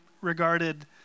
regarded